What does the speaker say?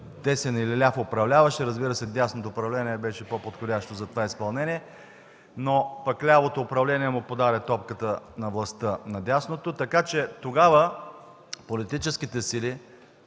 десен управляващ – разбира се, дясното управление беше по-подходящо за това изпълнение, но лявото управление подаде топката на властта на дясното, така че тогава политическите сили